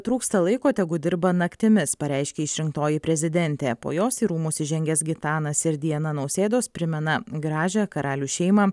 trūksta laiko tegu dirba naktimis pareiškė išrinktoji prezidentė po jos į rūmus įžengęs gitanas ir diana nausėdos primena gražią karalių šeimą